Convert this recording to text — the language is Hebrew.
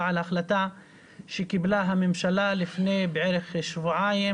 על ההחלטה שקיבלה הממשלה לפני בערך שבועיים